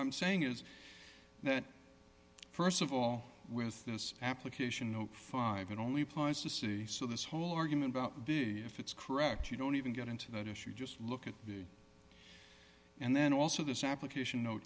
am saying is that st of all with this application of five it only applies to see so this whole argument about the if it's correct you don't even get into that issue just look at the and then also this application